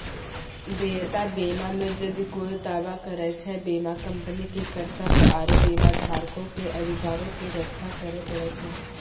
देयता बीमा मे जदि कोय दावा करै छै, बीमा कंपनी के कर्तव्य आरु बीमाधारको के अधिकारो के रक्षा करै पड़ै छै